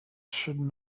should